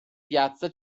piazza